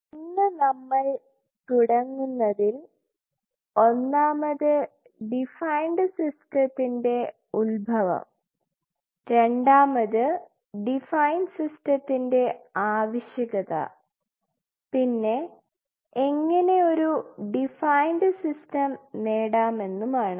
ഇന്ന് നമ്മൾ തുടങ്ങുന്നതിൽ ഒന്നാമത് ഡിഫൈൻ സിസ്റ്റത്തിൻറെ ഉത്ഭവം രണ്ടാമത് ഡിഫൈൻ സിസ്റ്റത്തിൻറെ ആവശ്യകത പിന്നെ എങ്ങനെ ഒരു ഡിഫൈൻഡ് സിസ്റ്റം നേടാമെന്നുമാണ്